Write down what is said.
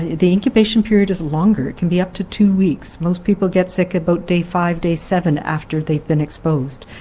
the incubation period is longer. it can be up to two weeks. most people get sick about day five, day seven after that been exposed.